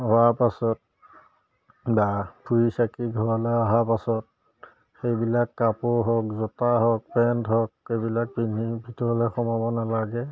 হোৱাৰ পাছত বা ফুৰি চাকি ঘৰলৈ অহা পাছত সেইবিলাক কাপোৰ হওক জোতা হওক পেণ্ট হওক এইবিলাক পিন্ধি ভিতৰলৈ সোমাব নালাগে